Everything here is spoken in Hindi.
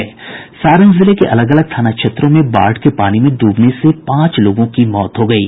सारण जिले के अलग अलग थाना क्षेत्रों में बाढ़ के पानी में डूबने से पांच लोगों की मौत हो गयी